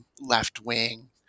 left-wing